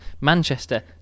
Manchester